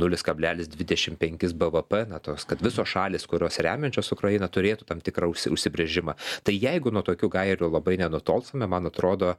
nulis kablelis dvidešim penkis bvp na tos kad visos šalys kurios remiančios ukrainą turėtų tam tikrą užsi užsibrėžimą tai jeigu nuo tokių gairių labai nenutolstame man atrodo